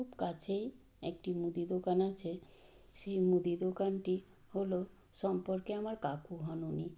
খুব কাছেই একটি মুদি দোকান আছে সেই মুদি দোকানটি হল সম্পর্কে আমার কাকু হন উনি